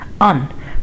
on